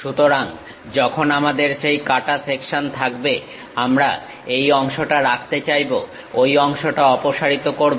সুতরাং যখন আমাদের সেই কাঁটা সেকশন থাকবে আমরা এই অংশটা রাখতে চাইব ঐ অংশটা অপসারিত করবো